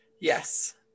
Yes